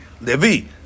Levi